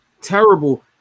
Terrible